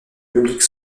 public